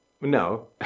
No